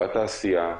בתעשייה,